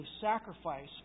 sacrifice